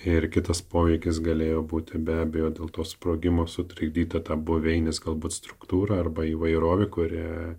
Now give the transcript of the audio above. ir kitas poveikis galėjo būti be abejo dėl to sprogimo sutrikdyta buveinės galbūt struktūrą arba įvairovė kurią